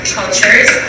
cultures